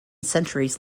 centuries